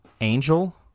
angel